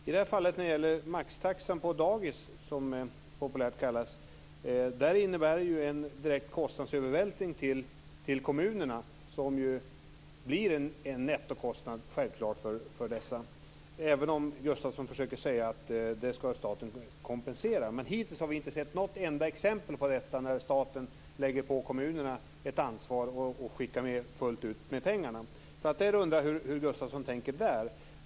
I det här fallet, när det gäller maxtaxa på dagis som det populärt kallas, innebär det ju en direkt kostnadsövervältring på kommunerna. Det blir självklart en nettokostnad för dessa, även om Gustavsson försöker säga att staten skall kompensera. Hittills har vi inte sett något enda exempel på detta att staten, när den lägger ett ansvar på kommunerna, skickar med pengar fullt ut. Jag undrar hur Gustavsson tänker där.